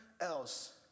else